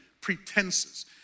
pretenses